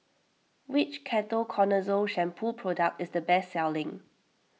which Ketoconazole Shampoo product is the best selling